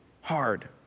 hard